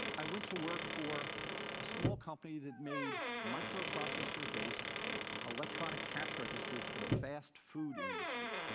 i went to work for a small company that made microprocessor-based electronic cash registers for the fast-food industry.